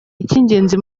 icy’ingenzi